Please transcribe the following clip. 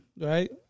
right